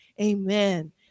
Amen